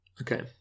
Okay